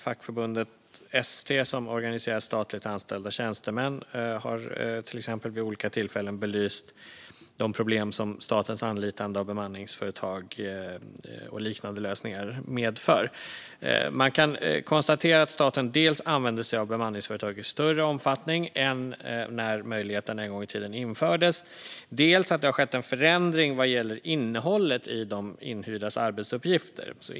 Fackförbundet ST som organiserar statligt anställda tjänstemän har till exempel vid olika tillfällen belyst de problem som statens anlitande av bemanningsföretag och liknande lösningar medför. Man kan konstatera att staten dels använder sig av bemanningsföretag i större omfattning än när möjligheten en gång i tiden infördes, dels att det har skett en förändring vad gäller innehållet i de inhyrdas arbetsuppgifter.